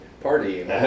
party